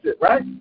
right